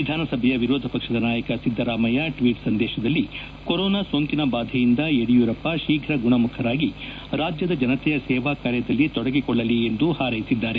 ವಿಧಾನಸಭೆಯ ವಿರೋಧ ಪಕ್ಷದ ನಾಯಕ ಸಿದ್ದರಾಮಯ್ಯ ಟ್ವೀಟ್ ಸಂದೇಶದಲ್ಲಿ ಕೊರೊನಾ ಸೋಂಕಿನ ಬಾಧೆಯಿಂದ ಯಡಿಯೂರಪ್ಪ ಶೀಘ ಗುಣಮುಖರಾಗಿ ರಾಜ್ಯದ ಜನತೆಯ ಸೇವಾಕಾರ್ಯದಲ್ಲಿ ತೊಡಗಿಕೊಳ್ಳಲಿ ಎಂದು ಹಾರ್ಸೆಸಿದ್ದಾರೆ